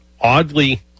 oddly